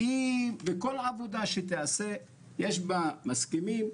כל עבודה שתיעשה, יש בה מסכימים,